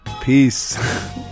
peace